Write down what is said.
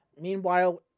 Meanwhile